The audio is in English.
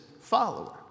follower